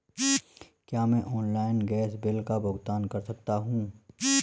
क्या मैं online gas bill का भुगतान कर सकता हूँ?